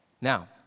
Now